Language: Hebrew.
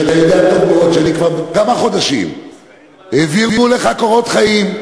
כשאתה יודע טוב מאוד שכבר כמה חודשים העבירו לך קורות חיים.